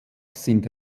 sind